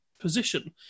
position